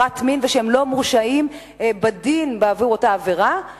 עבירת מין ושהם לא מורשעים בדין על אותה עבירה,